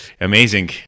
amazing